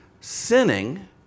sinning